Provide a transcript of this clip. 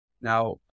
Now